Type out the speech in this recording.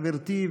גברתי,